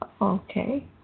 Okay